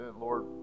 Lord